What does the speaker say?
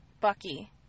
Bucky